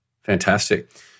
fantastic